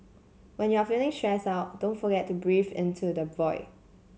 when you are feeling stressed out don't forget to breathe into the void